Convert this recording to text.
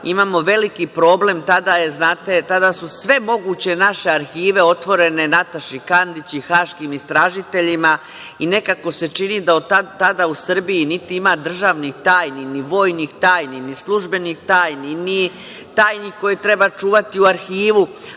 imamo veliki problem, tada su sve moguće naše arhive otvorene Nataši Kandić i haškim istražiteljima i nekako se čini da od tada u Srbiji niti ima državnih tajni, ni vojnih tajni, ni službenih tajni, ni tajni koje treba čuvati u Arhivu,